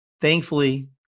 Thankfully